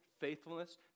faithfulness